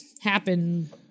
happen